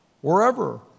wherever